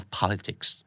politics